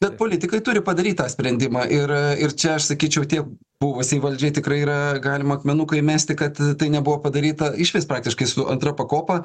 bet politikai turi padaryt tą sprendimą ir ir čia aš sakyčiau tiek buvusiai valdžiai tikrai yra galima akmenuką įmesti kad tai nebuvo padaryta išvis praktiškai su antra pakopa